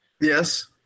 yes